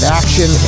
action